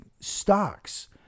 stocks